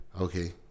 Okay